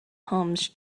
homes